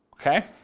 Okay